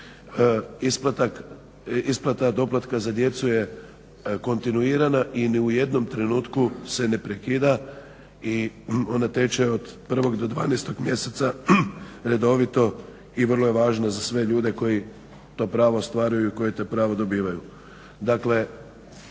isplata doplatka za djecu je kontinuirana i u nijednom trenutku se ne prekida i ona teče od 1. do 12. mjeseca redovito i vrlo je važna za sve ljude koji to pravo ostvaruju i koji to pravo dobivaju.